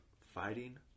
Fighting